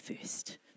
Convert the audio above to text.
first